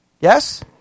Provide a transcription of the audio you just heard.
Yes